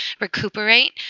recuperate